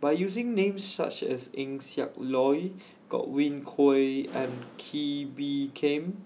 By using Names such as Eng Siak Loy Godwin Koay and Kee Bee Khim